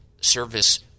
service